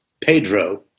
Pedro